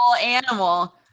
animal